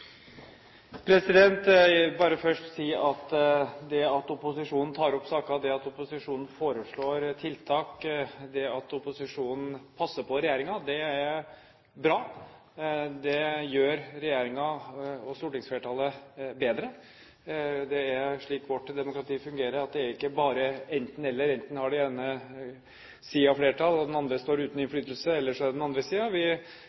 bare først si at det at opposisjonen tar opp saker, det at opposisjonen foreslår tiltak, det at opposisjonen passer på regjeringen, er bra. Det gjør regjeringen og stortingsflertallet bedre. Det er slik vårt demokrati fungerer. Det er ikke bare enten–eller, at enten har den ene siden flertall og den andre står uten innflytelse, eller så er det den andre siden. Vi